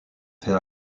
fait